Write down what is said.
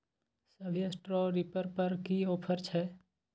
अभी straw reaper पर की ऑफर छै?